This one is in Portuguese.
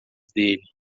dele